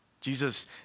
Jesus